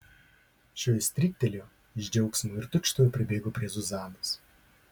šioji stryktelėjo iš džiaugsmo ir tučtuojau pribėgo prie zuzanos